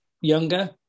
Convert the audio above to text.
younger